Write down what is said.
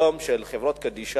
הבעיה הגדולה היום של חברות קדישא